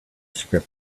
script